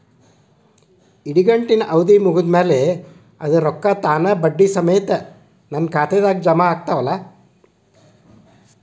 ಇಡಗಂಟಿನ್ ಅವಧಿ ಮುಗದ್ ಮ್ಯಾಲೆ ಅದರ ರೊಕ್ಕಾ ತಾನ ಬಡ್ಡಿ ಸಮೇತ ನನ್ನ ಖಾತೆದಾಗ್ ಜಮಾ ಆಗ್ತಾವ್ ಅಲಾ?